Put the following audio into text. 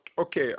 okay